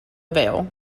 avail